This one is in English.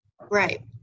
Right